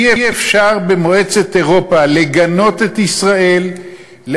אי-אפשר לגנות את ישראל במועצת אירופה,